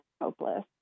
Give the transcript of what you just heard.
hopeless